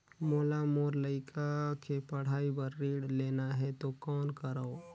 मोला मोर लइका के पढ़ाई बर ऋण लेना है तो कौन करव?